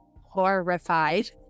horrified